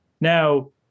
Now